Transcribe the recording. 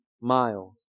miles